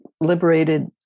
liberated